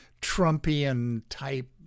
Trumpian-type